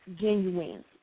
genuine